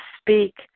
speak